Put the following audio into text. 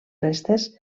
restes